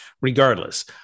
regardless